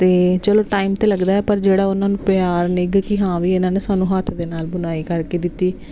ਅਤੇ ਚਲੋ ਟਾਈਮ ਤਾਂ ਲੱਗਦਾ ਪਰ ਜਿਹੜਾ ਉਹਨਾਂ ਨੂੰ ਪਿਆਰ ਨਿੱਘ ਕੀ ਹਾਂ ਵੀ ਇਹਨਾਂ ਨੇ ਸਾਨੂੰ ਹੱਥ ਦੇ ਨਾਲ ਬੁਣਾਈ ਕਰਕੇ ਦਿੱਤੀ